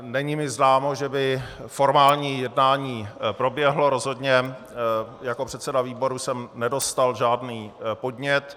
Není mi známo, že by formální jednání proběhlo, rozhodně jako předseda výboru jsem nedostal žádný podnět.